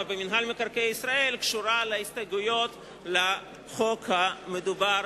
במינהל מקרקעי ישראל קשור להסתייגויות לחוק המדובר,